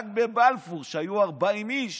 רק בבלפור, כשהיו 40 איש,